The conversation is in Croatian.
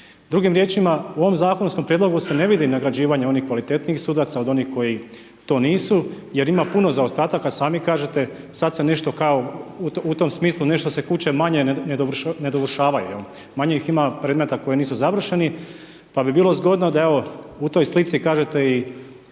Drugim riječima, u ovom zakonskom prijedlogu se ne vidi nagrađivanje onih kvalitetnijih sudaca od onih koji to nisu jer ima puno zaostataka, sami kažete sad se nešto kao u tom smislu, nešto se kuće manje ne dovršavaju, jel, manje ih ima predmeta koji nisu završeni pa bi bilo zgodno da evo u toj slici kažete i